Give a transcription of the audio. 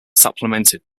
supplemented